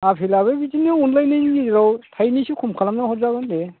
आफेलाबो बिदिनो अनलायनायनि गेजेराव थाइनैसो खम खालामनानै हरजागोन दे